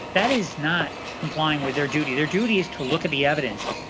that is not complying with their duty. their duty is to look at the evidence.